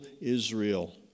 Israel